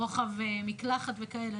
רוחב מקלחת וכאלה.